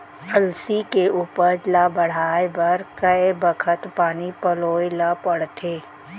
अलसी के उपज ला बढ़ए बर कय बखत पानी पलोय ल पड़थे?